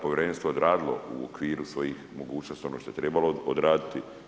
Povjerenstvo je odradilo u okviru svojih mogućnosti ono što je trebao odrediti.